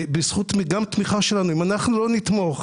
אם אנחנו לא נתמוך